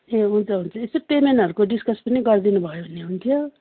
ए हुन्छ हुन्छ यसो पेमेन्टहरूको डिस्कस पनि गरिदिनु भयो भने हुन्थ्यो